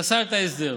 פסל את ההסדר.